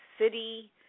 city